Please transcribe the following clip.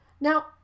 Now